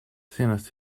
senast